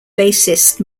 bassist